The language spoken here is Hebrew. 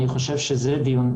אני חושב שזה הדיון,